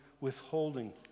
withholding